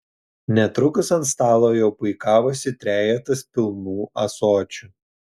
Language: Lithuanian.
netrukus ant stalo jau puikavosi trejetas pilnų ąsočių